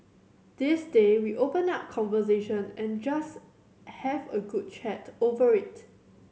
these day we open up conversation and just have a good chat over it